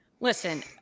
listen